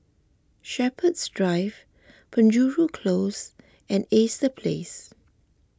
Shepherds Drive Penjuru Close and Ace the Place